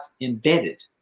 embedded